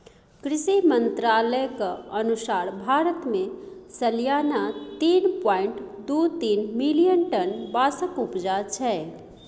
कृषि मंत्रालयक अनुसार भारत मे सलियाना तीन पाँइट दु तीन मिलियन टन बाँसक उपजा छै